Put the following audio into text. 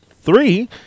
three